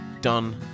done